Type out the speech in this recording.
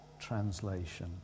translation